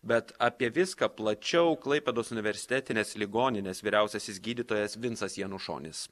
bet apie viską plačiau klaipėdos universitetinės ligoninės vyriausiasis gydytojas vincas janušonis